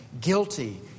Guilty